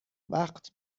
وقت